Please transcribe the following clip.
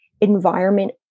environment